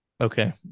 Okay